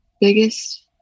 biggest